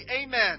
amen